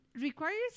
requires